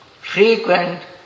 frequent